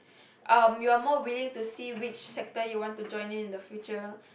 um you are more willing to see which sector you are want to join in the future